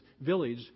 village